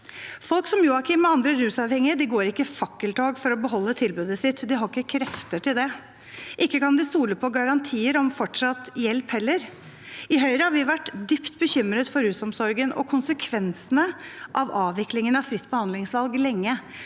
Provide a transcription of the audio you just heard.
Folk som Joakim og andre rusavhengige går ikke i fakkeltog for å beholde tilbudet sitt. De har ikke krefter til det. Ikke kan de stole på garantier om fortsatt hjelp heller. I Høyre har vi vært dypt bekymret for rusomsorgen og konsekvensene av avviklingen av fritt behandlingsvalg lenge,